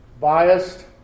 biased